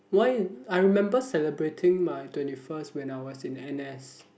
why I remember celebrating my twenty first when I was in N_S